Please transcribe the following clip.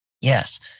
Yes